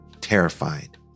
terrified